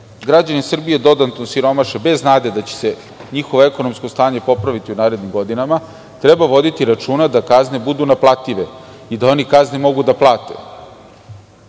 građani Srbije dodatno osiromaše, bez nade da će se njihovo ekonomsko stanje popraviti u narednim godinama, treba voditi računa da kazne budu naplative i da oni kazne mogu da plate. Kazna